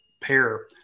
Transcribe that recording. pair